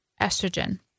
estrogen